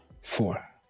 Four